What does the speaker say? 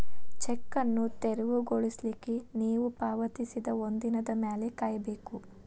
check ಅನ್ನು ತೆರವುಗೊಳಿಸ್ಲಿಕ್ಕೆ ನೇವು ಪಾವತಿಸಿದ ಒಂದಿನದ್ ಮ್ಯಾಲೆ ಕಾಯಬೇಕು